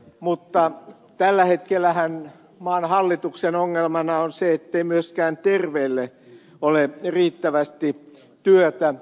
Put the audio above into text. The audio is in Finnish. mutta tällä hetkellähän maan hallituksen ongelmana on se ettei myöskään terveille ole riittävästi työtä